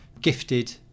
gifted